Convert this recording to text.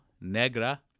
Negra